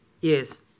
yes